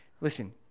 Listen